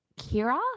Kira